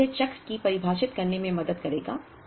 यह मुझे चक्र को परिभाषित करने में मदद करेगा